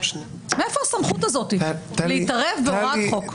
מאיפה הסמכות הזאת להתערב בהוראת חוק?